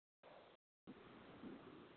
hello भईया ticket खपंदी हुई मुखे